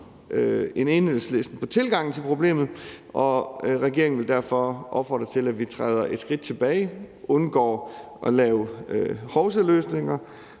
end Enhedslisten på tilgangen til problemet, og regeringen vil derfor opfordre til, at vi træder et skridt tilbage, undgår at lave hovsaløsninger